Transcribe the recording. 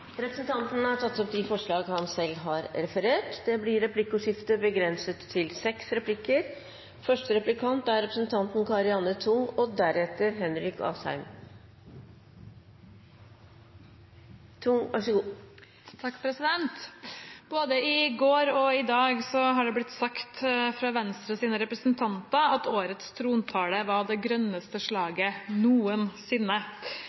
Representanten Rasmus Hansson har tatt opp de forslagene han refererte. Det blir replikkordskifte. Både i går og i dag har Venstres representanter sagt at årets trontale var av det grønneste